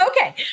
okay